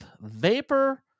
vapor